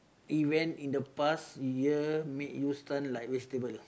event in the past year make you stun like vegetable lah